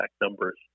numbers